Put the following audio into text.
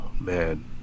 Man